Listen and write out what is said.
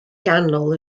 ganol